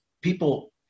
people